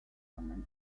tillman